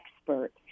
expert